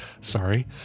Sorry